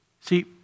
See